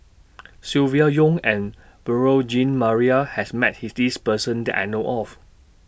Silvia Yong and Beurel Jean Marie has Met His This Person that I know of